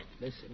Listen